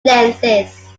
lenses